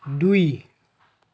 দুই